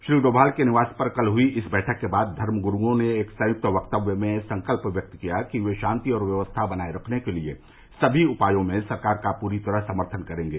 श्री डोमाल के निवास पर कल हुई इस बैठक के बाद धर्म गुरूओं ने एक संयुक्त वक्तव्य में संकल्प व्यक्त किया कि वे शांति और व्यवस्था बनाये रखने के लिए सभी उपायों में सरकार का पूरी तरह समर्थन करेंगे